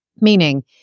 Meaning